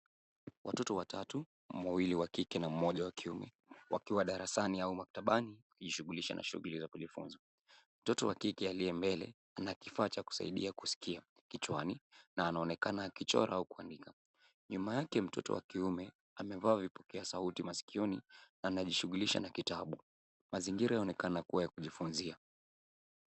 Watoto watatu wawili wa kike na mmoja wa kiume wakiwa darasani au maktabani wakijishughulisha na shughuli za kujifunza. Mtoto wa kike aliye mbele ana kifaa cha kusaidia kusikia kichwani na anaonekana akichora au kuandika. Nyuma yake mtoto wa kiume amevaa anajishughulisha na kitabu. Mazingira yanaonekana kuwa ya kujifunzia.